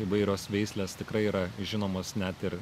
įvairios veislės tikrai yra žinomos net ir